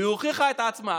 והיא הוכיחה את עצמה.